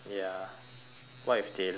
what if they left the place